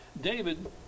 David